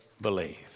believe